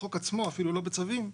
בחוק עצמו ואפילו לא בצווים,